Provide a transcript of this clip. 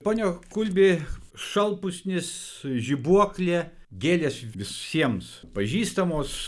pone kulbi šalpusnis žibuoklė gėlės visiems pažįstamos